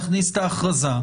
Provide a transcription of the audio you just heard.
נכניס את ההכרזה,